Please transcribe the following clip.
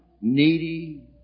needy